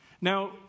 Now